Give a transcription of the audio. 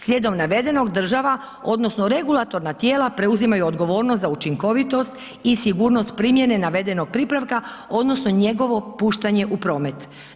Slijedom navedenog država odnosno regulatorna tijela preuzimaju odgovornost za učinkovitost i sigurnost primjene navedenog pripravka odnosno njegovo puštanje u promet.